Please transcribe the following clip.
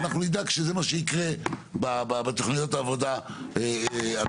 אנחנו נדאג שזה מה שיקרה בתוכניות העבודה הקרובות.